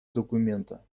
документа